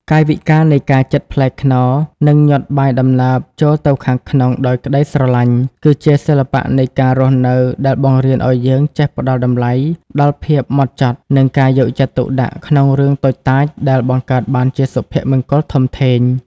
កាយវិការនៃការចិតផ្លែខ្នុរ និងញាត់បាយដំណើបចូលទៅខាងក្នុងដោយក្ដីស្រឡាញ់ គឺជាសិល្បៈនៃការរស់នៅដែលបង្រៀនឱ្យយើងចេះផ្ដល់តម្លៃដល់ភាពហ្មត់ចត់ និងការយកចិត្តទុកដាក់ក្នុងរឿងតូចតាចដែលបង្កើតបានជាសុភមង្គលធំធេង។